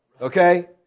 Okay